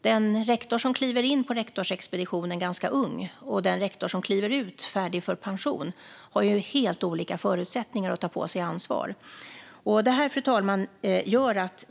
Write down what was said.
Den rektor som kliver in på rektorsexpeditionen ganska ung och den rektor som kliver ut färdig för pension har ju helt olika förutsättningar att ta på sig ansvar. Fru talman!